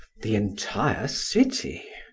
the entire city.